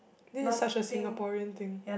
this is such a Singaporean thing